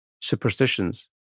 superstitions